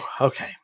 Okay